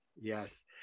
yes